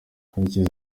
karekezi